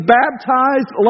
baptized